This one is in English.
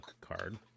card